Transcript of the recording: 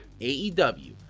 AEW